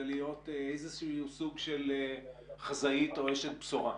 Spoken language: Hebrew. להיות איזשהו סוג של חזאית או אשת בשורה.